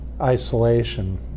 isolation